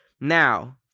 Now